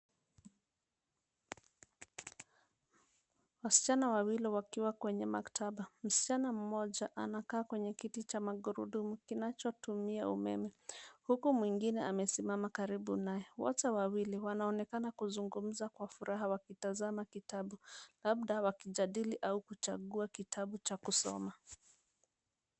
Wasichana wawili wakiwa kwenye maktaba. Msichana mmoja anakaa kwenye kiti cha magurudumu kinachotumia umeme. Huku mwingine amesimama karibu naye. Wote wawili wanaonekana kuzugumza kwa furaha wakitazama kitabu labda wakijadili au kuchagua kitabu cha kusoma.